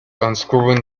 unscrewing